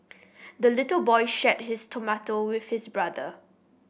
the little boy shared his tomato with his brother